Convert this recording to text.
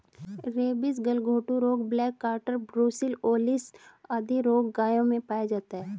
rabies, गलघोंटू रोग, black quarter, brucellosis आदि रोग गायों में पाया जाता है